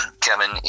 kevin